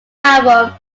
album